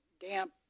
damp